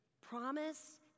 promise